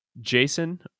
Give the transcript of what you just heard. Jason